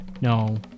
No